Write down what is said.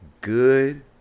good